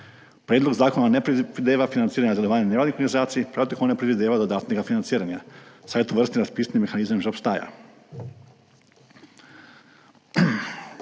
Predlog zakona ne predvideva financiranja delovanja nevladnih organizacij, prav tako ne predvideva dodatnega financiranja, saj tovrstni razpisni mehanizem že obstaja.